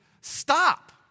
Stop